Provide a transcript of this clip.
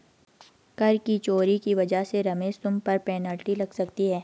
कर की चोरी की वजह से रमेश तुम पर पेनल्टी लग सकती है